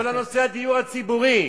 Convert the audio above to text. כל נושא הדיור הציבורי,